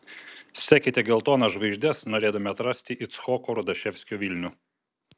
sekite geltonas žvaigždes norėdami atrasti icchoko rudaševskio vilnių